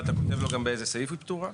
אתה כותב לו באיזה סעיף היא פטורה?